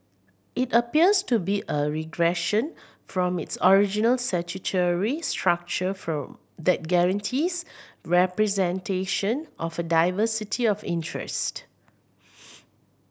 it appears to be a regression from its original statutory structure for that guarantees representation of a diversity of interest